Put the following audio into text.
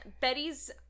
Betty's